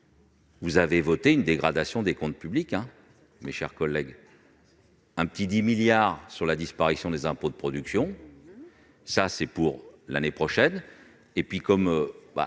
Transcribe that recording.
-vous avez voté une dégradation des comptes publics, mes chers collègues : un petit 10 milliards d'euros avec la disparition des impôts de production pour l'année prochaine, et, comme